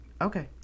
Okay